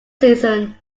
season